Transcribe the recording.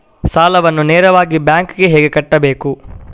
ಸಾಲವನ್ನು ನೇರವಾಗಿ ಬ್ಯಾಂಕ್ ಗೆ ಹೇಗೆ ಕಟ್ಟಬೇಕು?